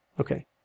Okay